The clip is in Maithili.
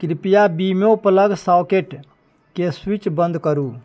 कृपया वीमो प्लग सॉकेटके स्विच बन्द करु